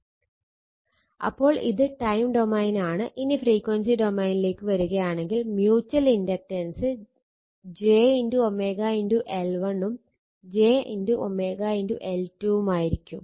അപ്പോൾ ഇത് ടൈം ഡൊമൈനാണ് j L1 ഉം j L2 ഉം ആയിരിക്കും